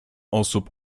osób